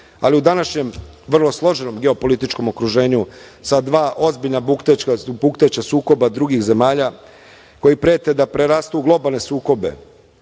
ali u današnjem vrlo složenom geopolitičkom okruženja, sa dva ozbiljna bukteća sukoba drugih zemalja, a koji prete da prerastu u globalne sukobe,